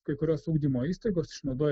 kai kurios ugdymo įstaigos išnaudoja